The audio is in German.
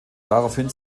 daraufhin